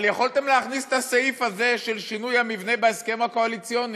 אבל יכולתם להכניס את הסעיף הזה של שינוי המבנה בהסכם הקואליציוני.